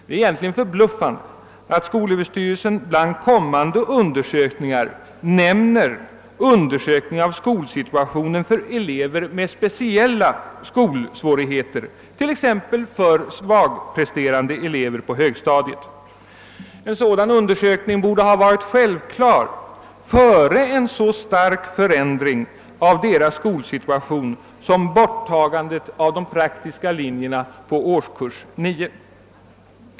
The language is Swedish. Det är egentligen förbluffande att skolöverstyrelsen bland kommande undersökningar nämner undersökning av skolsituationen för elever med speciella skolsvårigheter, t.ex. för svagpresterande elever på högstadiet. En sådan undersökning borde ha varit självklar före en så stark förändring av deras skolsituation, som borttagandet av de praktiska linjerna i årskurs 9 innebär.